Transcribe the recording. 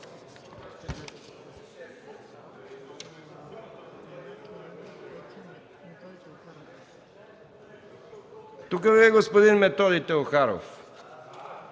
Тук ли е господин Методи Теохаров?